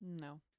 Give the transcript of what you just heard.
No